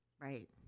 Right